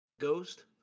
Ghost